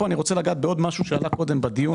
פה אני רוצה לגעת בעוד משהו שעלה קודם בדיון,